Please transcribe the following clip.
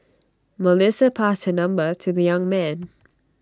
Melissa passed her number to the young man